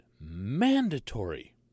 mandatory